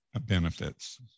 benefits